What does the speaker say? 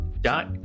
dot